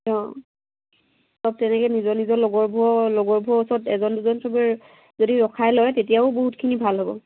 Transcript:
অঁ চব তেনেকৈ নিজৰ নিজৰ লগৰবোৰৰ লগৰবোৰৰ ওচৰত এজন দুজন চবে যদি ৰখাই লয় তেতিয়াও বহুতখিনি ভাল হ'ব